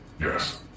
Yes